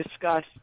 discuss